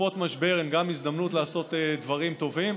תקופות משבר הן גם הזדמנות לעשות דברים טובים.